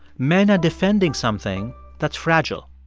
men are defending something that's fragile